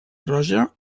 roja